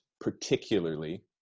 particularly